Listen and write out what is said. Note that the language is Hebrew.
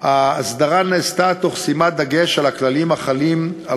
ההסדרה נעשתה תוך שימת דגש על הכללים החלים על